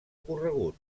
corregut